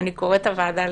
אני קוראת את הוועדה לסדר.